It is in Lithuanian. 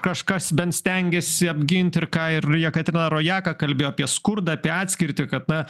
kažkas bent stengiasi apgint ir ką ir jekaterina rojaka kalbėjo apie skurdą apie atskirtį kad na